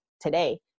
today